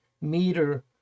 meter